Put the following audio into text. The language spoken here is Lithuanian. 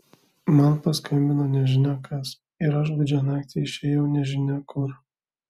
man paskambino nežinia kas ir aš gūdžią naktį išėjau nežinia kur